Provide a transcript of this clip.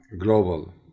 global